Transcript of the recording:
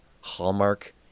Hallmark